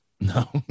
No